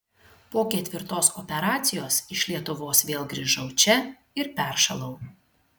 po ketvirtos operacijos iš lietuvos vėl grįžau čia ir peršalau